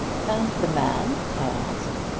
and the man? i asked.